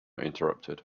interrupted